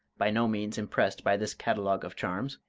by no means impressed by this catalogue of charms,